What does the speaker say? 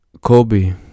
Kobe